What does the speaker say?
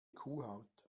kuhhaut